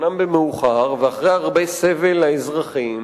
אומנם במאוחר ואחרי הרבה סבל לאזרחים,